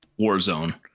Warzone